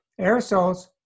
Aerosols